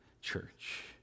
church